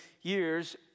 years